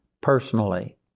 personally